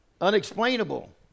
Unexplainable